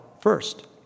first